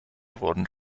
wurden